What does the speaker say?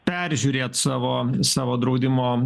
peržiūrėt savo savo draudimo